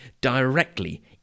directly